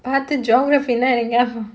அது:athu geography